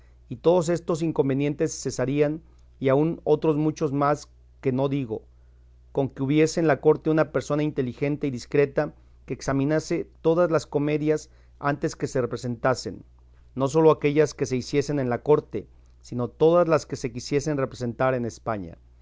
y todos estos inconvinientes cesarían y aun otros muchos más que no digo con que hubiese en la corte una persona inteligente y discreta que examinase todas las comedias antes que se representasen no sólo aquellas que se hiciesen en la corte sino todas las que se quisiesen representar en españa